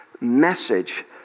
message